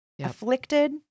afflicted